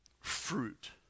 fruit